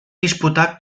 disputar